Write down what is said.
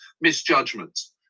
misjudgments